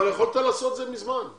יכולת לעשות את זה מזמן.